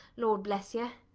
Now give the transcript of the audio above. lord bless ye!